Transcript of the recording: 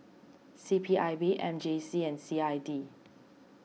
C P I B M J C and C I D